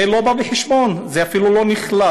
זה לא בא בחשבון, זה אפילו לא נכלל.